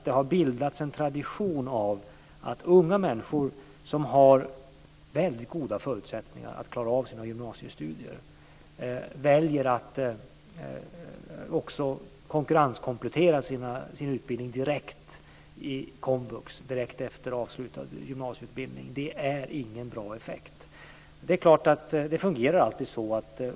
Det har bildats en tradition att unga människor som har väldigt goda förutsättningar att klara sina gymnasiestudier väljer att konkurrenskomplettera sin utbildning i komvux direkt efter avslutad gymnasieutbildning. Det är ingen bra väg.